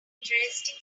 interesting